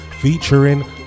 featuring